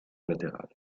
latérales